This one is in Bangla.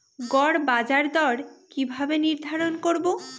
গড় বাজার দর কিভাবে নির্ধারণ করব?